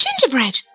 gingerbread